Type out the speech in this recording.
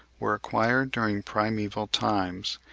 were acquired during primeval times,